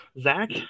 zach